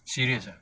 serious ah